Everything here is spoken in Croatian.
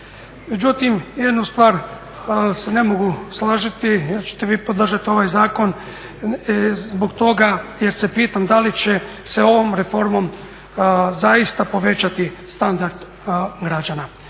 Međutim, jednu stvar se ne mogu složiti jer ćete vi podržati ovaj zakon zbog toga jer se pitam da li će se ovom reformom zaista povećati standard građana,